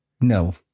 No